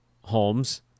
Holmes